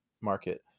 market